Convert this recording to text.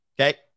Okay